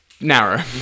narrow